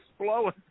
blowing